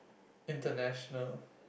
international